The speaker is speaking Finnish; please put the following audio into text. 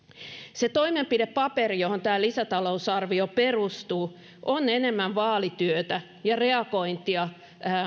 se toimenpidepaperi johon tämä lisätalousarvio perustuu on enemmän vaalityötä ja reagointia